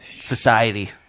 society